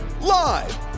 Live